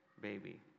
baby